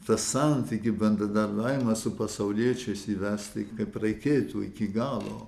tą santykį bendradarbiavimą su pasauliečiais įvesti kaip reikėtų iki galo